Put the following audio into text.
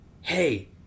hey